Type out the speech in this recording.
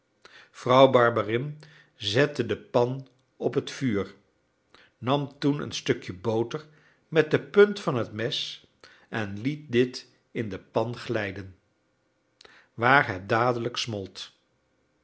vrouw barberin zette de pan op het vuur nam toen een stukje boter met de punt van het mes en liet dit in de pan glijden waar het dadelijk smolt